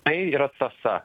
tai yra tąsa